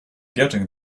getting